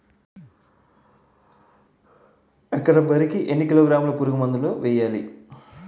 ఎకర వరి కి ఎన్ని కిలోగ్రాముల పురుగు మందులను వేయాలి?